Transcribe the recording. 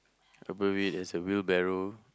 above it there's a wheelbarrel